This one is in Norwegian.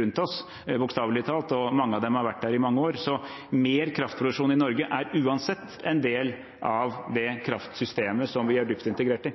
rundt oss, bokstavelig talt, og mange av dem har vært der i mange år. Så mer kraftproduksjon i Norge er uansett en del av det kraftsystemet som vi er dypt integrert